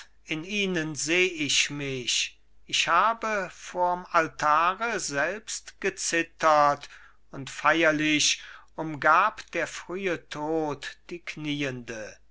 in ihnen seh ich mich ich habe vor'm altare selbst gezittert und feierlich umgab der frühe tod die knieende